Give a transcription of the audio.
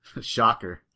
Shocker